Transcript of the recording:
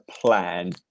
plan